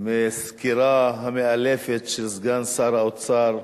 של הסקירה המאלפת של סגן שר האוצר,